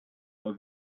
are